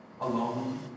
alone